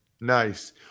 Nice